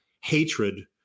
hatred